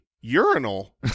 urinal